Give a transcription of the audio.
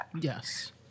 yes